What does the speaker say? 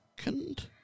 second